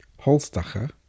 Holstacher